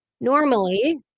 normally